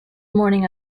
morning